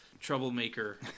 troublemaker